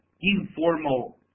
informal